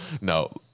No